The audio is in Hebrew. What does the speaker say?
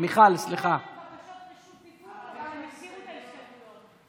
בקשות רשות דיבור והם הסירו את ההסתייגויות.